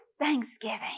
thanksgiving